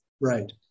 Right